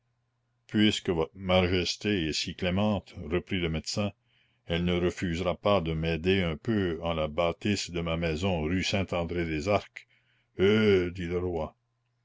puisque votre majesté est si clémente reprit le médecin elle ne refusera pas de m'aider un peu en la bâtisse de ma maison rue saint andré des arcs heuh dit le roi